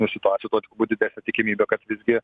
nu situacijų tuo turbūt didesnė tikimybė kad visgi